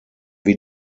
wie